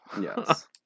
Yes